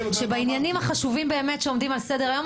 שבעניינים החשובים באמת שעומדים על סדר-היום,